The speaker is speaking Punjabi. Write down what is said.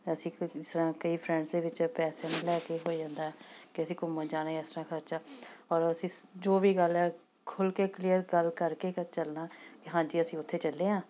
ਅਸੀਂ ਜਿਸ ਤਰ੍ਹਾਂ ਕਈ ਫਰੈਂਡਸ ਦੇ ਵਿੱਚ ਪੈਸੇ ਨੂੰ ਲੈ ਕੇ ਹੋ ਜਾਂਦਾ ਕਿ ਅਸੀਂ ਘੁੰਮਣ ਜਾਣਾ ਇਸ ਤਰ੍ਹਾਂ ਖਰਚਾ ਔਰ ਅਸੀਂ ਜੋ ਵੀ ਗੱਲ ਖੁੱਲ੍ਹ ਕੇ ਕਲੀਅਰ ਕਰ ਕਰਕੇ ਚੱਲਣਾ ਹਾਂਜੀ ਅਸੀਂ ਉੱਥੇ ਚੱਲੇ ਹਾਂ